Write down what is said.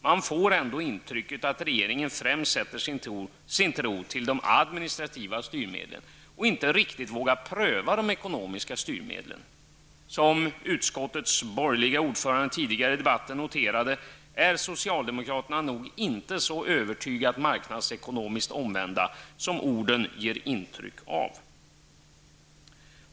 Man får ändå intrycket att regeringen främst sätter sin tro till de administrativa styrmedlen och inte riktigt vågar pröva de ekonomiska styrmedlen. Som utskottets borgerlige ordförande tidigare i debatten noterade är socialdemokraterna nog inte så övertygat marknadsekonomiskt omvända som orden ger intryck av.